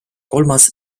kolmas